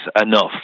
enough